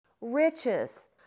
riches